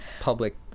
public